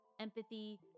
empathy